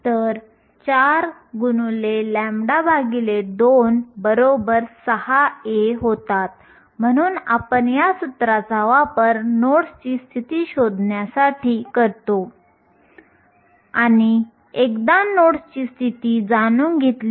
तर व्हॅलेन्स बँडचा तळ 0 दिला आहे Ev हे व्हॅलेन्स बँडच्या वरच्या भागाला सूचित करतो आणि Ec हे वाहक बँडच्या तळाला सूचित करतो